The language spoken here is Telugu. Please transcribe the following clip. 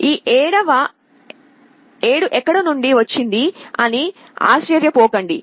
ఈ 7ఎక్కడ నుండి వచ్చింది అని ఆశ్చర్యపోకండి